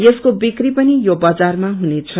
यसको विक्री पनि यो बजारमा हुनेछ